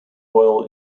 royal